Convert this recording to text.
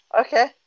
Okay